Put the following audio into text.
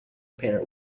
pair